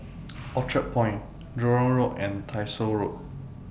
Orchard Point Jurong Road and Tyersall Road